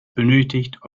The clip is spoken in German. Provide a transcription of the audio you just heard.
benötigt